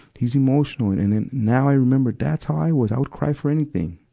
he's emotional. and then, now i remember, that's how i was. i would cry for anything.